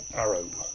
arrow